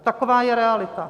Taková je realita.